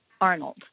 Arnold